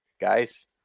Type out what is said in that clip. guys